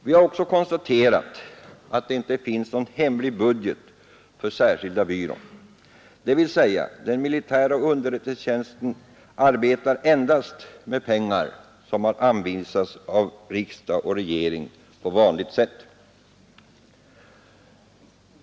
Vi har också kunnat konstatera att det inte finns någon hemlig budget för särskilda byrån, dvs. att den militära underrättelsetjänsten endast arbetat med pengar som har anvisats av riksdag och regering på vanligt sätt.